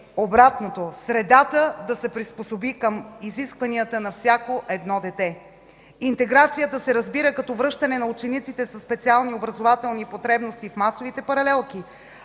обратното – средата да се приспособи към изискванията на всяко едно дете. Интеграцията се разбира като връщане на учениците със специални образователни потребности в масовите паралелки,